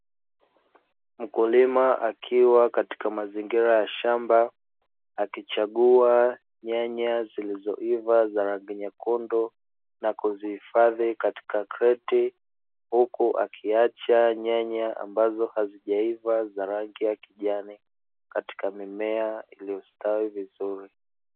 Mkulima akiwa katika mazingira ya shamba, akichagua nyanya zilizoiva za rangi nyekundu, na kuzihifadhi katika kreti, huku akiacha nyanya ambazo hazijaiva za rangi ya kijani, katika mimea iliyostawi vizuri.